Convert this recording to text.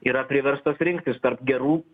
yra priverstas rinktis tarp gerų